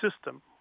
system